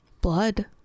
Blood